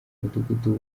umudugudu